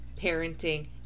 parenting